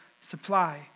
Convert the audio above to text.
supply